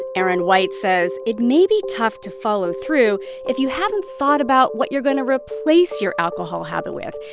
aaron white says it may be tough to follow through if you haven't thought about what you're going to replace your alcohol habit with.